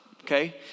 okay